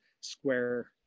square